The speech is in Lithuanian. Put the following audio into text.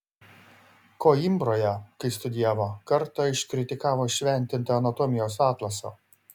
koimbroje kai studijavo kartą iškritikavo šventintą anatomijos atlasą